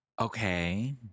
Okay